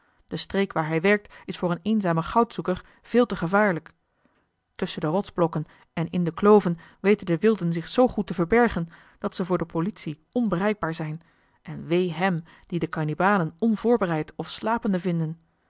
de streek waar hij werkt is voor een eenzamen goudzoeker veel te gevaarlijk tusschen de rotsblokken en in de kloven weten de wilden zich zoo goed te verbergen dat ze voor de politie onbereikbaar zijn en wee hem dien de kannibalen onvoorbereid of slapende vinden